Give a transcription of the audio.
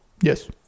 Yes